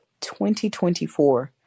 2024